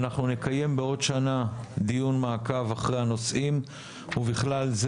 נקיים בעוד שנה דיון מעקב אחרי הנושאים ובכלל זה